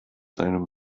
seinem